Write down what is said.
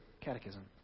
catechism